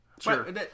Sure